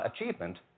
achievement